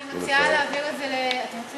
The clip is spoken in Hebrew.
שאותם